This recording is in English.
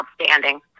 outstanding